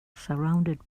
surrounded